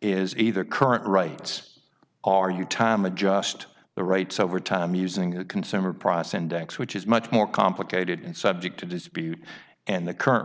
is either current rights are you time adjust the rights over time using the consumer price index which is much more complicated and subject to dispute and the current